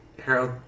Harold